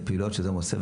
ופעילויות שאדם עושה,